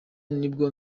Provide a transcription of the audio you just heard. nibwo